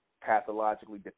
pathologically